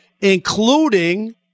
including